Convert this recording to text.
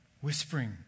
whispering